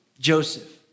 Joseph